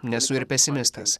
nesu ir pesimistas